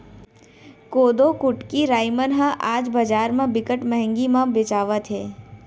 कोदो, कुटकी, राई मन ह आज बजार म बिकट महंगी म बेचावत हे